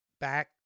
back